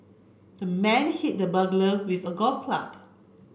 the man hit the burglar with a golf club